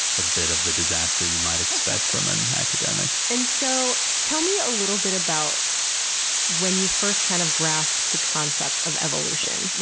a bit of the disaster you might expect from an academic. and so tell me a little bit about when you first kind of grasped the concept of evolution.